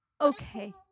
Okay